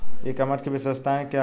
ई commerce की विशेषताएं क्या हैं?